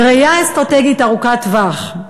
בראייה אסטרטגית ארוכת טווח,